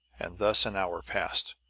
and thus an hour passed,